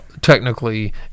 technically